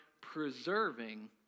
preserving